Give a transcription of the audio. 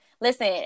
Listen